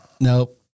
Nope